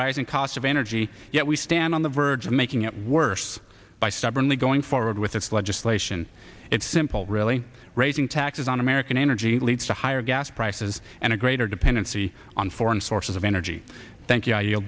rising cost of energy yet we stand on the verge of making it worse by stubbornly going forward with this legislation it's simple really raising taxes on american energy leads to higher gas prices and a greater dependency on foreign sources of energy thank y